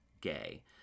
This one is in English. gay